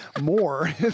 more